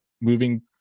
moving